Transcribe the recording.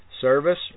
service